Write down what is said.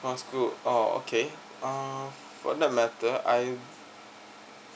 for school oh okay uh for that matter I